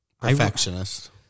Perfectionist